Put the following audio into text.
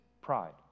pride